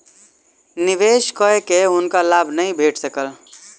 निवेश कय के हुनका लाभ नै भेट सकल